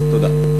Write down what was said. תודה.